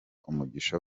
umugisha